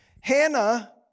Hannah